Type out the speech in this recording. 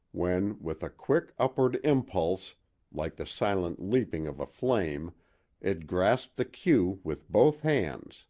when with a quick upward impulse like the silent leaping of a flame it grasped the queue with both hands,